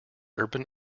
urban